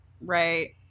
Right